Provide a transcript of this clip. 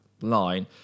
line